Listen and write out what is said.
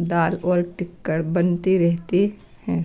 दाल और टिक्कर बनते रहते हैं